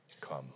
come